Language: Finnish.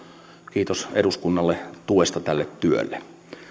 kiitos eduskunnalle tuesta tälle työlle